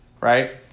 Right